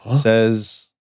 says